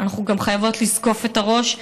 אנחנו חייבות גם לזקוף את הראש,